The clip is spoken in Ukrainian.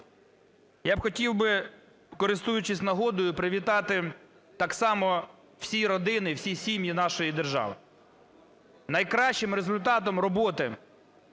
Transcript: Я хотів би, користуючись нагодою, привітати так само всі родини, всі сім'ї нашої держави. Найкращим результатом роботи